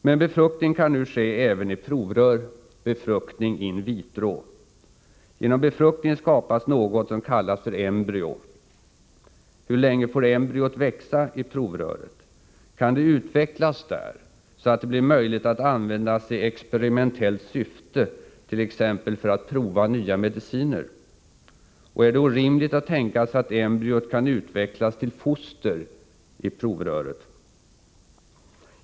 Men befruktning kan nu ske även i provrör, befruktning in vitro. Genom befruktningen skapas något som kallas embryo. Hur länge får embryot växa i provröret? Kan det utvecklas där så att det blir möjligt att använda i experimentellt syfte, t.ex. för att prova nya mediciner? Och är det orimligt att tänka sig att embryot kan utvecklas till foster i provröret?